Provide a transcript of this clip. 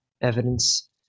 Evidence